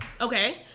okay